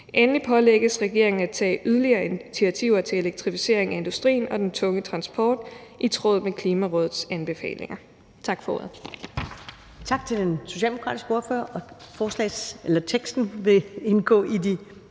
Endelig pålægges regeringen at tage yderligere initiativer til elektrificering af industrien og den tunge transport i tråd med Klimarådets anbefalinger.« (Forslag